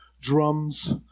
Drums